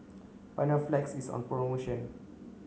Panaflex is on promotion